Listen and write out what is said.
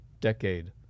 decade